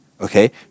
Okay